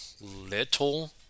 little